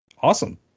Awesome